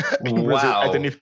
Wow